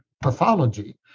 pathology